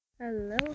hello